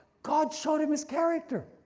god showed him his character.